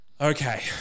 Okay